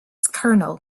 kernel